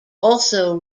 also